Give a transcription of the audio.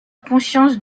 conscience